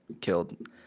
killed